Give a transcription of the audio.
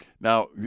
now